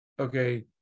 okay